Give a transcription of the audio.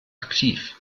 aktiv